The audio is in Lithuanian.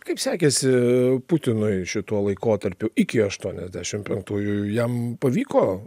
kaip sekėsi putinui šituo laikotarpiu iki aštuoniasdešim penktųjų jam pavyko